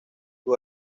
sus